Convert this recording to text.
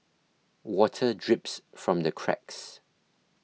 water drips from the cracks